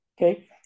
Okay